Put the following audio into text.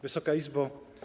Wysoka Izbo!